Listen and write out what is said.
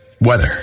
weather